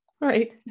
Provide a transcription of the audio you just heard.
right